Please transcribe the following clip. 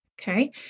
Okay